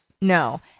no